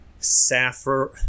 Saffron